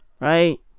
right